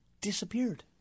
disappeared